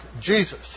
Jesus